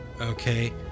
okay